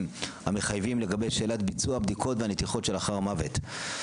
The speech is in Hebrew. המחייבים לגבי שאלת ביצוע הבדיקות והנתיחות שלאחר המוות.